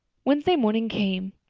wednesday morning came.